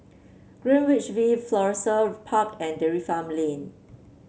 Greenwich V Florissa Park and Dairy Farm Lane